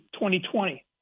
2020